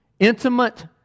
intimate